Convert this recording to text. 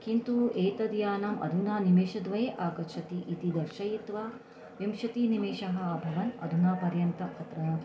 किन्तु एतद्यानम् अधुना निमेषद्वये आगच्छति इति दर्शयित्वा विंशतिनिमेषाः अभवन् अधुना पर्यन्तम् अत्र